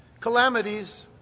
calamities